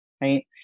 right